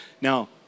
Now